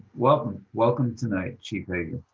welcome welcome tonight, chief hagan.